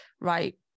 right